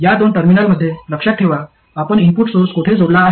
या दोन टर्मिनलमध्ये लक्षात ठेवा आपण इनपुट सोर्स कोठे जोडला आहे